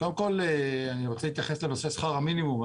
קודם כל, אני רוצה להתייחס לנושא שכר המינימום.